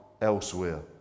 elsewhere